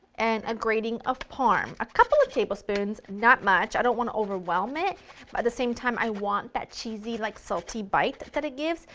and a grating of parm. a couple of tablespoons, not much, i don't want to overwhelm it but at the same time i want that same cheesy like salty bite that it gives,